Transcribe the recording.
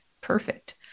perfect